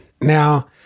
Now